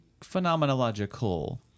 phenomenological